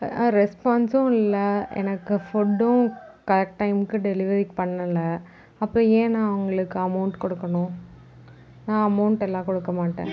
ரெஸ்பான்சும் இல்லை எனக்கு ஃபுட்டும் கரெக்ட் டைம்க்கு டெலிவரி பண்ணலை அப்புறம் ஏன் நான் உங்களுக்கு அமௌண்ட் கொடுக்கணும் நான் அமௌண்ட் எல்லாம் கொடுக்க மாட்டேன்